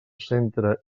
centre